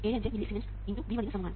75 millisiemens x V1 നു സമമാണ്